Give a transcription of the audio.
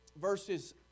verses